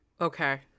Okay